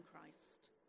Christ